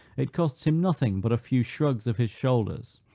it costs him nothing but a few shrugs of his shoulders,